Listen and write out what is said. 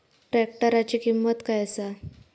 ट्रॅक्टराची किंमत काय आसा?